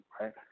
right